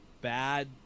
bad